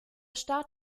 start